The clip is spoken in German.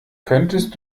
könntest